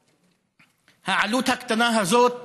העלות הקטנה הזאת